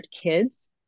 kids